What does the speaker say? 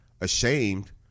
ashamed